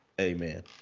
Amen